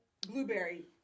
blueberry